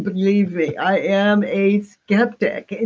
believe me, i am a skeptic.